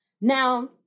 Now